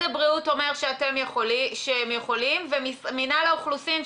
הבריאות אומר שהם יכולים ומינהל האוכלוסין,